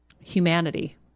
humanity